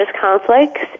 conflicts